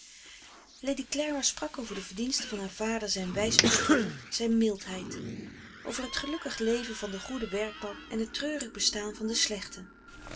lady clara sprak over de verdiensten van haar vader zijn wijs bestuur zijn mildheid over het gelukkig leven van den goeden werk man en het treurig bestaan van den slechten